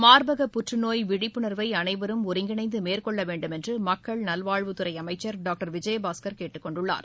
மார்பக புற்றுநோய் விழிப்புணர்வை அனைவரும் ஒருங்கிணைந்து மேற்கொள்ள வேண்டும் என்று மக்கள் நல்வாழ்வுத் துறை அமைச்சர் டாக்டர் விஜயபாஸ்கர் கேட்டுக்கொண்டுள்ளார்